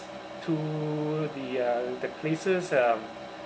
to the uh the places um